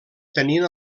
tenien